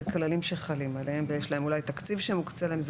כללים שחלים עליהם ויש להם אולי תקציב שמוקצה להם.